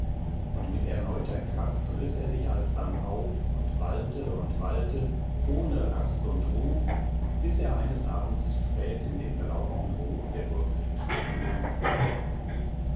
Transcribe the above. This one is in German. und mit erneuter kraft riß er sich alsdann auf und wallte und wallte ohne rast und ruh bis er eines abends spät in den belaubten hof der burg ringstetten eintrat